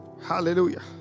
Hallelujah